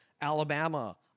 Alabama